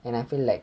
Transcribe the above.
and I feel like